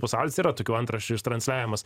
pasaulis yra tokių antraščių ištransliavimas